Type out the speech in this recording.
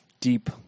deep